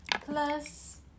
plus